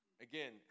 Again